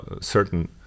certain